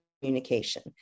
communication